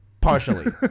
Partially